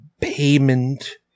payment